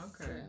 Okay